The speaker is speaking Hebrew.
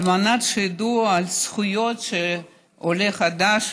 על מנת שידעו על זכויות שעולה חדש,